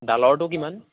ডালৰটো কিমান